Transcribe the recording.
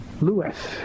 lewis